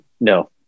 no